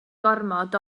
gormod